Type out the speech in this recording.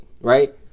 right